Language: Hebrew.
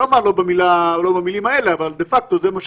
לא במילים האלה אבל דה-פקטו זה מה שקורה,